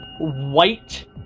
white